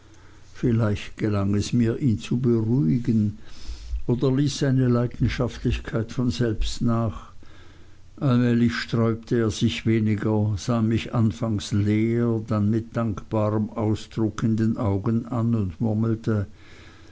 vielleicht gelang es mir ihn zu beruhigen oder ließ seine leidenschaftlichkeit von selbst nach allmählich sträubte er sich weniger sah mich anfangs leer dann mit dankbarem ausdruck in den augen an und murmelte